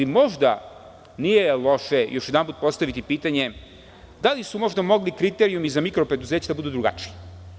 Možda nije loše još jednom postaviti pitanje da li su možda mogli kriterijumi za mikro preduzeća da budu drugačiji?